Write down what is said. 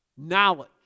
Knowledge